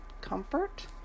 comfort